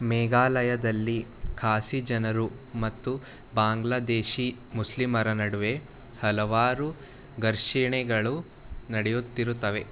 ಮೇಘಾಲಯದಲ್ಲಿ ಕಾಸಿ ಜನರು ಮತ್ತು ಬಾಂಗ್ಲಾದೇಶಿ ಮುಸ್ಲಿಮರ ನಡುವೆ ಹಲವಾರು ಘರ್ಷಣೆಗಳು ನಡೆಯುತ್ತಿರುತ್ತವೆ